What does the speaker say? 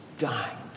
dying